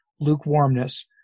lukewarmness